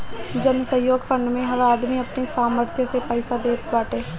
जनसहयोग फंड मे हर आदमी अपनी सामर्थ्य से पईसा देत बाटे